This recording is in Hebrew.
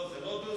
לא, זה לא דו-שיח.